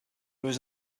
there